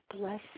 bless